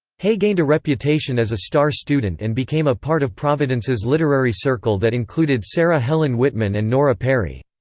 hay gained a reputation as a star student and became a part of providence's literary circle that included sarah helen whitman and nora perry.